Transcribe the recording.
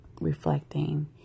reflecting